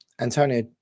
Antonio